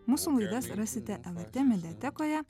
mūsų laidas rasite lrt mediatekoje